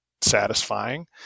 satisfying